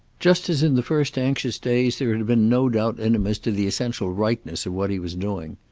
just as in the first anxious days there had been no doubt in him as to the essential rightness of what he was doing.